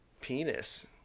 penis